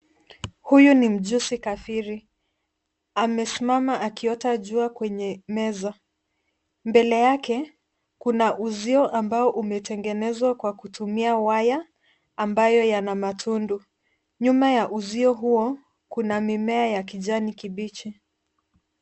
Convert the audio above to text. Huyu ni mjusi kafiri. Amesimama akiota jua kwenye meza. Mbele yake, kuna uzio ambao umetengenezwa kwa kutumia waya ambayo yana matundu. Nyuma ya uzio huo, kuna mimea ya kijani kibichi.